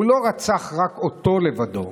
הוא לא רצח רק אותו לבדו,